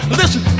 listen